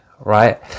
right